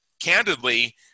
candidly